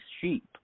sheep